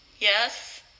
Yes